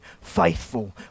faithful